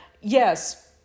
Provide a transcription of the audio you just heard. Yes